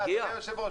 אדוני היושב-ראש,